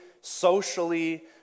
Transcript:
socially